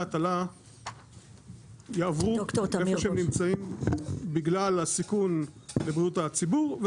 הטלה יעברו בגלל הסיכון לבריאות הציבור,